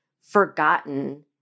forgotten